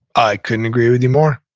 i couldn't agree with you more.